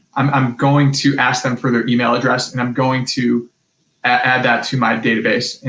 i'm i'm going to ask them for their email address and i'm going to add that to my database. and,